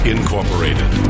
Incorporated